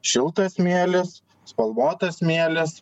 šiltas smėlis spalvotas smėlis